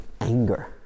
anger